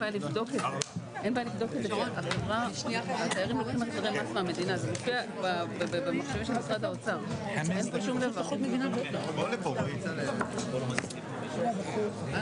הישיבה ננעלה בשעה 15:00.